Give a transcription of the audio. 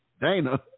Dana